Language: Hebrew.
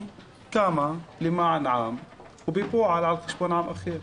קמה למען העם ובפועל על חשבון עם אחר.